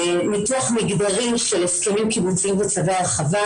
מתוך מגדרים של הסכמים קיבוציים וצווי הרחבה,